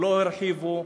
לא הרחיבו.